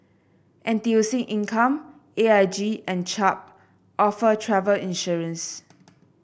N T U C Income A I G and Chubb offer travel insurance